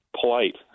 polite